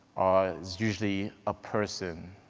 there's usually a person,